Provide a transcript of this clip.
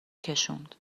کشوند